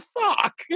fuck